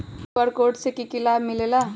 QR code से कि कि लाव मिलेला?